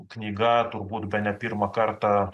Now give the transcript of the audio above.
knyga turbūt bene pirmą kartą